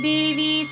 Devi